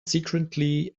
secretly